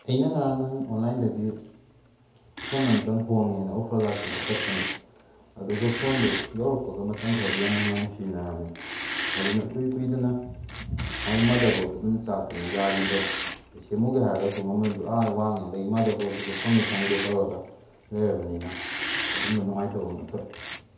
ꯑꯩꯅ ꯉꯔꯥꯡ ꯅꯍꯥꯜ ꯑꯣꯟꯂꯥꯏꯟꯗꯒꯤ ꯐꯣꯟ ꯑꯝꯇꯪ ꯍꯣꯡꯉꯦꯅ ꯑꯣꯐꯔ ꯂꯥꯛꯄꯩꯗ ꯀꯛꯄꯅꯦ ꯑꯗꯨꯒ ꯐꯣꯟꯗꯨ ꯌꯧꯔꯛꯄꯒ ꯃꯇꯝ ꯈꯔꯗꯤ ꯌꯥꯝ ꯅꯨꯡꯉꯥꯏꯅ ꯁꯤꯖꯟꯅꯔꯝꯃꯦ ꯑꯗꯨꯅ ꯏꯀꯨꯏ ꯀꯨꯏꯗꯅ ꯃꯥꯒꯤ ꯃꯥꯗꯔ ꯕꯣꯔꯗꯇꯨ ꯑꯗꯨꯝ ꯆꯥꯛꯇꯅ ꯌꯥꯈꯤꯗ꯭ꯔꯦ ꯁꯦꯝꯃꯨꯒꯦ ꯍꯥꯏꯔꯒꯁꯨ ꯃꯃꯜꯗꯨ ꯑꯥ ꯋꯥꯡꯉꯦ ꯑꯗꯒꯤ ꯃꯥꯗꯔ ꯕꯣꯔꯗꯇꯨꯁꯨ ꯐꯪꯉꯤ ꯐꯪꯗꯦ ꯇꯧꯔꯒ ꯂꯩꯔꯕꯅꯤꯅ ꯑꯗꯨꯝꯕ ꯅꯨꯡꯉꯥꯏꯇꯕ ꯑꯃ ꯊꯣꯛꯑꯦ